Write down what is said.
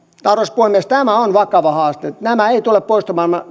arvoisa puhemies tämä on vakava haaste nämä makunesteet eivät tule poistumaan